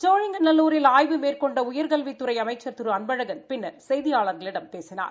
சோழிங்கநல்லூரில் ஆய்வு மேற்கொண்ட உயர்கல்வித்துறை அமைச்சர் திரு அன்பழகள் பின்னர் செய்தியாள்களிடம் பேசினார்